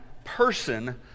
person